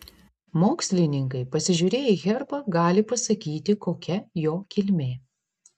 mokslininkai pasižiūrėję į herbą gali pasakyti kokia jo kilmė